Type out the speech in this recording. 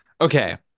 Okay